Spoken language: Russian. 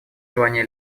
желание